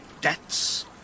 Debts